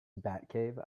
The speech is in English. batcave